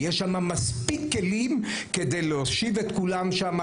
יש שם מספיק כלים כדי להושיב את כולם שם,